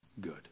good